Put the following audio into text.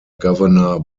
governor